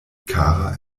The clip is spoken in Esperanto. kara